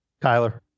Kyler